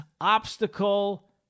obstacle